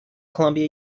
columbia